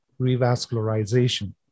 revascularization